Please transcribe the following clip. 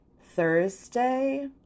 Thursday